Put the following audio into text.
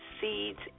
seeds